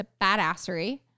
badassery